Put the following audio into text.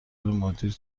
مدیر